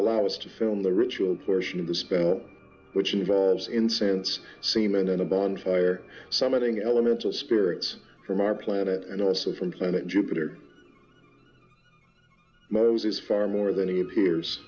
allow us to film the ritual portion of the spell which involves incense semen and a bonfire summoning elemental spirits from our planet and also from planet jupiter mo's is far more than he appears